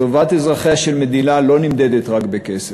טובת אזרחיה לא נמדדת רק בכסף,